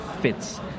fits